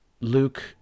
Luke